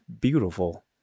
beautiful